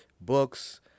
books